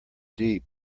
deep